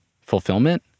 fulfillment